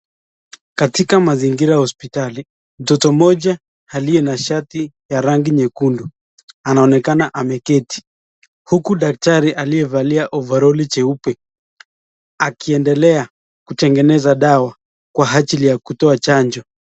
Katika mazingira hospitali, mtoto mmoja aliyena shati ya rangi nyekundu anaonekana ameketi uku daktari aliyevalia ovaroli jeupe akiedelea kutegeneza dawa kwa ajili ya kutoa chanjo.